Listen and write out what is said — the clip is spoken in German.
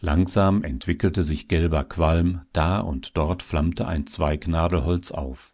langsam entwickelte sich gelber qualm da und dort flammte ein zweig nadelholz auf